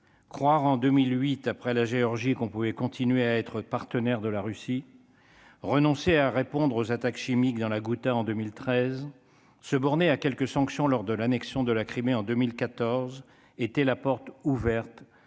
croire en 2008 après la Géorgie qu'on pouvait continuer à être partenaire de la Russie, renoncer à répondre aux attaques chimiques dans la Ghouta en 2013 se borner à quelques sanctions lors de l'annexion de la Crimée en 2014 était la porte ouverte